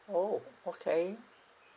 orh okay